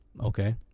Okay